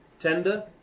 Tender